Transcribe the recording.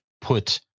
put